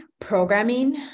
programming